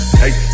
hey